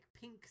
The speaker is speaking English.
pink